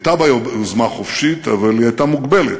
הייתה בה יוזמה חופשית, אבל היא הייתה מוגבלת.